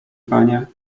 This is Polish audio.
panie